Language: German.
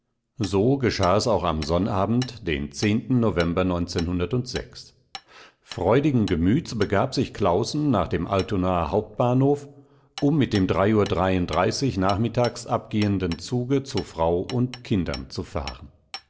so geschah es auch am sonnabend den november freudigen gemüts begab sich claußen nach dem altonaer hauptbahnhof um mit dem uhr nachmittags abgehenden zuge zu frau und kindern zu fahren